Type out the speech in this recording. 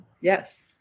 Yes